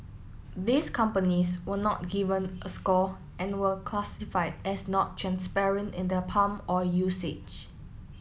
these companies were not given a score and were classified as not transparent in their palm oil usage